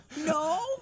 No